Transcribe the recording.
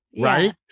Right